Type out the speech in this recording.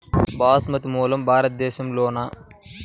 బాస్మతి మూలం భారతదేశంలోనా?